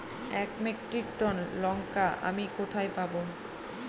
এক metric ton লঙ্কা আমি কোথায় পাবো?